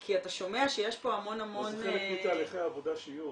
כי אתה שומע שיש פה המון --- זה חלק מתהליכי העבודה שיהיו.